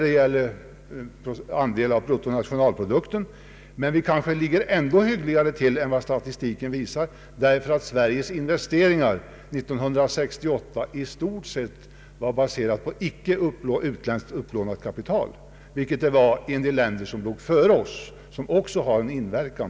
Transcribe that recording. Sverige ligger kanske hyggligare till när det gäller andelen av bruttonationalprodukten än vad statistiken utvisar, ty Sveriges investeringar 1968 baserades i stort sett på icke utländskt upplånat kapital, vilket däremot var fallet i en del länder som låg före oss i statistiken.